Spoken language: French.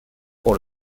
pour